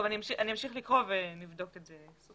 אני אמשיך לקרוא ונבדוק את זה.